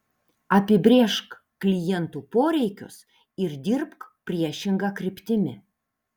apibrėžk klientų poreikius ir dirbk priešinga kryptimi